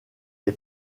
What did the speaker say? est